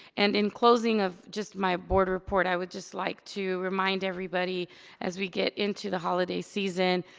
and in closing of just my board report i would just like to remind everybody as we get into the holiday season,